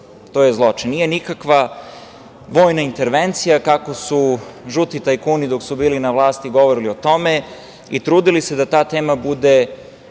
To je zločin. Nije nikakva vojna intervencija, kako su žuti tajkuni dok su bili na vlasti govorili o tome i trudili se da ta tema bude